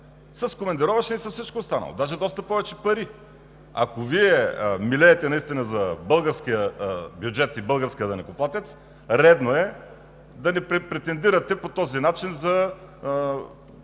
с командировъчни, с всичко останало. Даже доста повече пари. Ако Вие милеете наистина за българския бюджет и българския данъкоплатец, редно е да не претендирате по този начин за